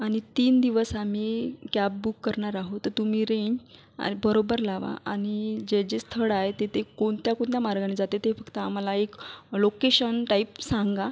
आणि तीन दिवस आम्ही कॅब बुक करणार आहो तर तुम्ही रेंट आहे बरोबर लावा आणि जे जे स्थळ आहे ते ते कोणत्या कोणत्या मार्गानी जाते ते फक्त आम्हाला एक लोकेशन टाईप सांगा